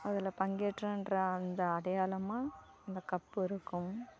அதில் பங்கேற்றான்ற அந்த அடையாளமாக அந்த கப்பு இருக்கும்